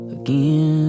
again